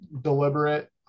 deliberate